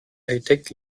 architekt